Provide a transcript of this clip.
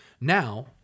now